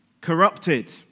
corrupted